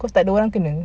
pasal tiada orang kena